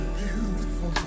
beautiful